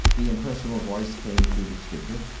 the impersonal voice came through the speaker.